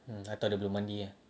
hmm atau dia belum mandi ah